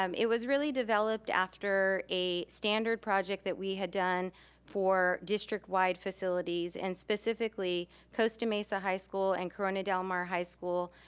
um it was really developed after a standard project that we had done for district-wide facilities, and specifically costa mesa high school and corona del mar high school.